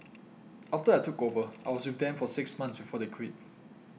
after I took over I was with them for six months before they quit